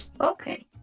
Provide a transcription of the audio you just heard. Okay